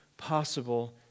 possible